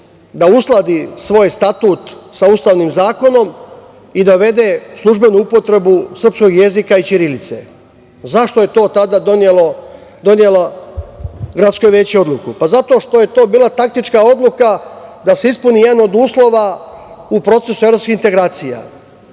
da uskladi svoj statut sa ustavnim zakonom i da uvede službenu upotrebu srpskog jezika i ćirilice. Zašto je to tada donelo gradsko veće odluku? Pa, zato što je to bila taktička odluka da se ispuni jedan od uslova u procesu evropskih integracija. Kada